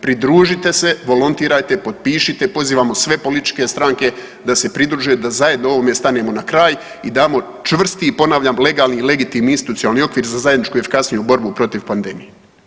Pridružite se, volontirajte i potpišite, pozivamo sve političke stranke da se pridruže da zajedno ovome stanemo na kraj i damo čvrsti i ponavljam legalni i legitimni institucionalni okvir za zajedničku i efikasniju borbu protiv pandemije.